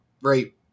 right